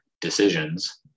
decisions